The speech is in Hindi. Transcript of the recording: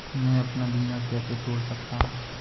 मैं अपना बीमा कैसे तोड़ सकता हूँ?